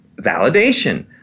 validation